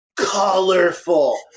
colorful